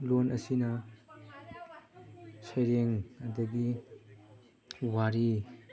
ꯂꯣꯟ ꯑꯁꯤꯅ ꯁꯩꯔꯦꯡ ꯑꯗꯒꯤ ꯋꯥꯔꯤ